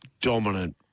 dominant